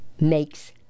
makes